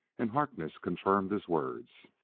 and harkness confirmed his words.